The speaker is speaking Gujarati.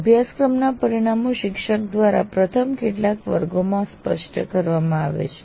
અભ્યાસક્રમના પરિણામો શિક્ષક દ્વારા પ્રથમ કેટલાક વર્ગોમાં સ્પષ્ટ કરવામાં આવે છે